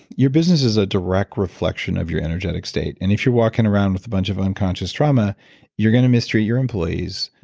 your business is a direct reflection of your energetic state and if you're walking around with a bunch of unconscious trauma you're going to mistreat your employees,